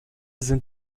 sind